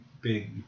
Big